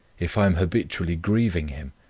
if i am habitually grieving him,